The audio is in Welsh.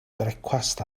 brecwast